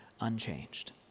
unchanged